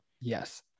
Yes